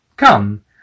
Come